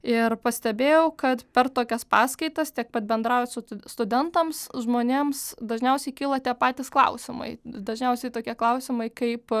ir pastebėjau kad per tokias paskaitas tiek pat bendraujant su studentams žmonėms dažniausiai kyla tie patys klausimai dažniausiai tokie klausimai kaip